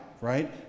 right